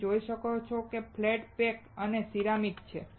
તમે જોઈ શકો છો કે તે ફ્લેટ પેક છે અને તે સિરામિક છે